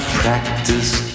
practice